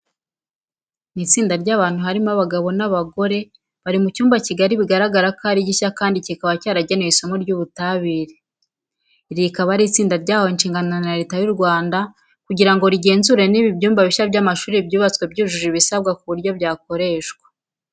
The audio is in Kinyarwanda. Ni itsinda ry'abantu harimo abagabo n'abagore, bari mu cyumba kigari bigaragara ko ari ginshya kandi kikaba cyaragenewe isomo ry'Ubutabire. Iri rikaba ari itsinda ryahawe inshingano na Leta y'u Rwanda kuguri ngo rigenzure niba ibyumba bishya by'amashuri byubatswe byujuje ibisabwa ku buryo byakoreshwa.